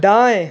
दाएं